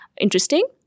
interesting